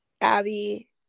Abby